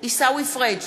עיסאווי פריג'